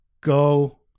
Go